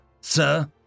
sir